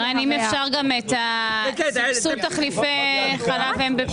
צריך להבין שבסוף כל העבודה הזו עלולה